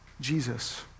Jesus